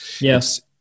yes